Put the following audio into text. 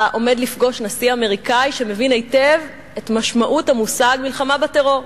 אתה עומד לפגוש נשיא אמריקני שמבין היטב את משמעות המושג מלחמה בטרור,